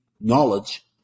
knowledge